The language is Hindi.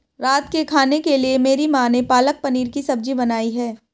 रात के खाने के लिए मेरी मां ने पालक पनीर की सब्जी बनाई है